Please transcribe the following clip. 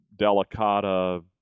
delicata